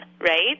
right